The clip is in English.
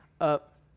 up